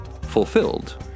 fulfilled